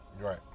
Right